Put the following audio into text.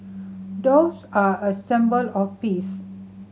doves are a symbol of peace